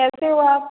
कैसे हो आप